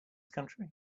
country